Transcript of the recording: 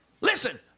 Listen